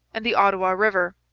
and the ottawa river.